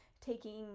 taking